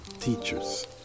teachers